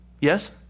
Yes